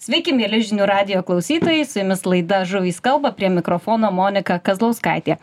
sveiki mieli žinių radijo klausytojai su jumis laida žuvys kalba prie mikrofono monika kazlauskaitė